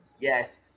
Yes